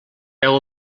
beu